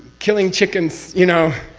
killing chickens, you know?